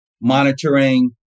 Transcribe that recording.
monitoring